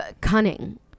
cunning